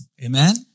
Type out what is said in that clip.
Amen